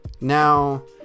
now